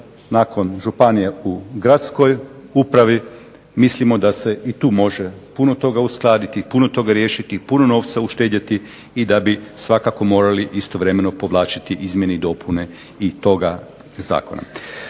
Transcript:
nakon županije u gradskoj upravi, mislimo da se i tu može puno toga uskladiti, puno toga riješiti, puno novca uštedjeti, i da bi svakako morali istovremeno povlačiti izmjene i dopune i toga zakona.